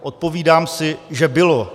Odpovídám si, že bylo.